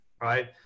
right